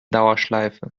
dauerschleife